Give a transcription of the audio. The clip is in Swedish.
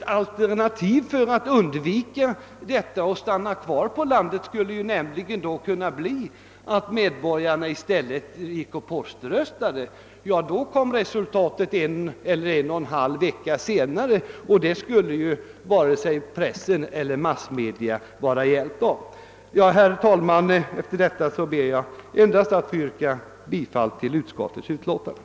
Risken är då att många missar valet eller i stället röstar på posten och att röstresultat inte föreligger förrän en eller en och en halv vecka senare. Det kan varken pressen eller massmedia vara hjälpta med. Herr talman! Jag ber att få yrka bifall till utskottets hemställan.